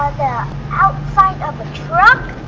yeah outside of a truck!